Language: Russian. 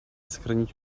сохранить